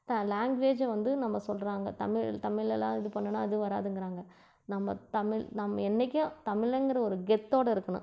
த language வந்து நம்ம சொல்லுறாங்க தமிழ் தமிழ் எல்லாம் இது பண்ணுனா அது வராதுங்கிறாங்க நம்ம தமிழ் நம் என்றைக்கும் தமிழன்ங்கிற ஒரு கெத்தோடு இருக்கணும்